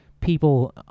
people